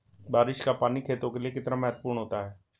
बारिश का पानी खेतों के लिये कितना महत्वपूर्ण होता है?